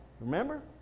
Remember